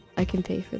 i can pay for